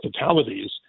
fatalities